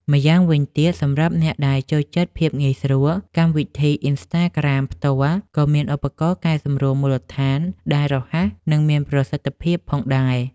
ម្យ៉ាងវិញទៀត សម្រាប់អ្នកដែលចូលចិត្តភាពងាយស្រួល កម្មវិធី អ៊ីនស្តាក្រាម ផ្ទាល់ក៏មានឧបករណ៍កែសម្រួលមូលដ្ឋានដែលរហ័ស និងមានប្រសិទ្ធភាពផងដែរ។